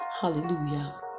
Hallelujah